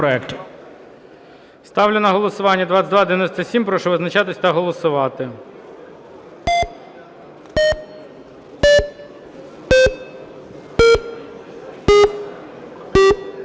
Ставлю на голосування 3468. Прошу визначатися та голосувати.